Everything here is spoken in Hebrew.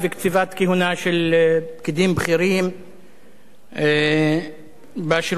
כהונה של פקידים בכירים בשירות הציבורי.